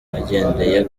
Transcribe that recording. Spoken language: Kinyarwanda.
bagendeye